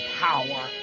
power